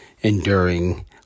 enduring